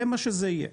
זה מה שזה יהיה.